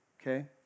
Okay